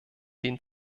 den